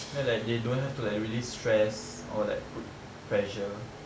then like they don't have to like really stress or like put pressure